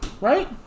right